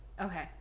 okay